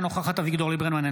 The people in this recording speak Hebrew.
אינה נוכחת אביגדור ליברמן,